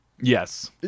Yes